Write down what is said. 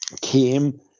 came